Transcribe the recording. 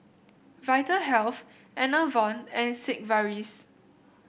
Vitahealth Enervon and Sigvaris